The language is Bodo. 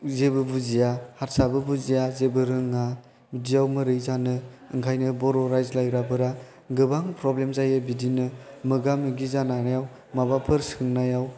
जेबो बुजिया हारसाबो बुजिया जेबो रोङा बिदियाव माबोरै जानो बेनिखायनो बर' रायज्लायग्राफोरा गोबां प्रब्लेम जायो बिदिनो मोगा मोगि जानायाव माबाफोर सोंनायाव